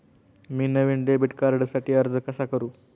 मी नवीन डेबिट कार्डसाठी अर्ज कसा करू?